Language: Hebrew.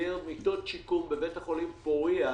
היעדר מיטות שיקום בבית חולים פוריה,